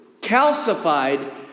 calcified